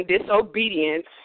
disobedience